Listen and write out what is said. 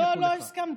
לא, לא הסכמתי.